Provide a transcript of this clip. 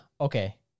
Okay